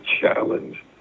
challenge